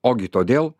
ogi todėl